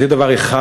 זה דבר אחד.